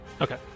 Okay